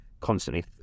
constantly